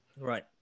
Right